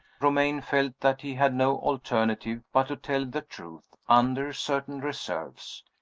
romayne felt that he had no alternative but to tell the truth under certain reserves.